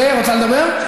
רוצה לדבר?